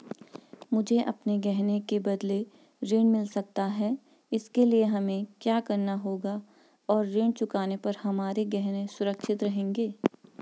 मुझे अपने गहने के बदलें ऋण मिल सकता है इसके लिए हमें क्या करना होगा और ऋण चुकाने पर हमारे गहने सुरक्षित रहेंगे?